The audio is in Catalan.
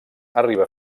arriba